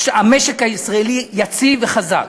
המשק הישראלי יציב וחזק.